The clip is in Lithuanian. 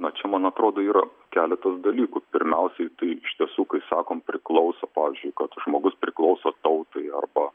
na čia man atrodo yra keletas dalykų pirmiausiai tai iš tiesų kai sakom priklauso pavyzdžiui kad žmogus priklauso tautai arba